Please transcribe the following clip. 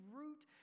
root